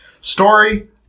Story